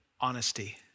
honesty